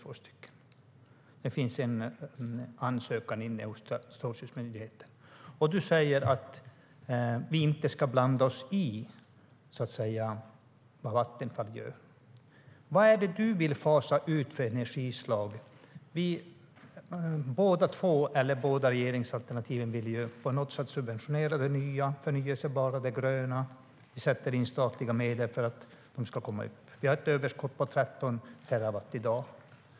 Det finns en ansökan inne hos Strålskyddsmyndigheten. Och du säger att vi inte ska blanda oss i vad Vattenfall gör. Vad är det för energislag du vill fasa ut? Båda regeringsalternativen vill ju på något sätt subventionera det nya, det förnybara, det gröna. Vi sätter in statliga medel för att de ska komma upp. Vi har ett överskott på 13 terawatt i dag.